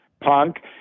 punk